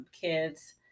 kids